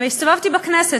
והסתובבתי בכנסת,